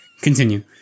Continue